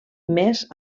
més